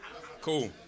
Cool